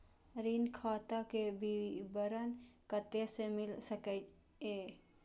ऋण खाता के विवरण कते से मिल सकै ये?